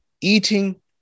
eating